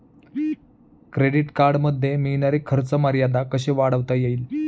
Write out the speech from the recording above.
Credit कार्डमध्ये मिळणारी खर्च मर्यादा कशी वाढवता येईल?